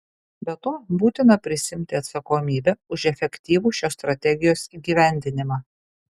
be to būtina prisiimti atsakomybę už efektyvų šios strategijos įgyvendinimą